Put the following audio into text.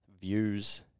views